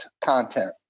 content